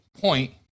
point